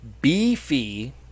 beefy